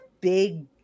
big